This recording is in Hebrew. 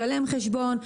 לשלם חשבון,